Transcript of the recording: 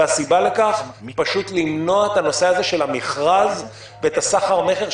והסיבה לכך פשוט למנוע את הנושא הזה של המכרז ואת הסחר מכר,